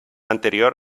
anterior